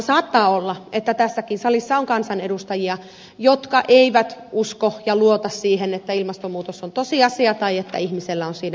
saattaa olla että tässäkin salissa on kansanedustajia jotka eivät usko ja luota siihen että ilmastonmuutos on tosiasia tai että ihmisellä on siinä merkittävä vaikutus